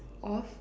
of